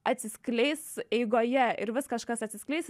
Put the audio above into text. atsiskleis eigoje ir vis kažkas atsiskleis